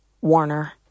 Warner